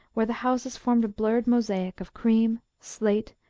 where the houses formed a blurred mosaic of cream, slate,